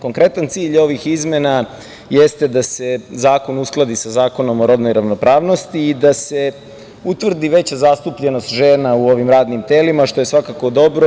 Konkretan cilj ovih izmena jeste da se zakon uskladi sa Zakonom o rodnoj ravnopravnosti i da se utvrdi veća zastupljenost žena u ovim radnim telima, što je svakako dobro.